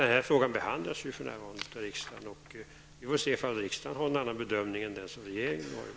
Denna fråga behandlas för närvarande av riksdagen, och vi får se om riksdagen gör en annan bedömning än den regeringen har gjort.